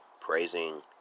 praising